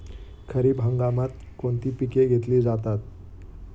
खरीप हंगामात कोणती पिके घेतली जातात?